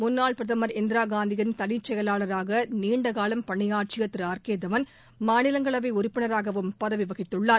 முன்னாள் பிரதமா் இந்திரா காந்தியின் தனிச்செயலாளராக நீண்டகாலம் பணியாற்றிய திரு ஆர் கே தவான் மாநிலங்களவை உறுப்பினராகவும் பதவி வகித்துள்ளார்